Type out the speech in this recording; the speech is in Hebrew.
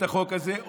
קידמו את החוק הזה.